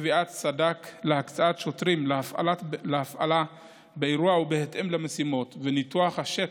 קביעת סד"כ להקצאת שוטרים להפעלה באירוע בהתאם למשימות וניתוח השטח,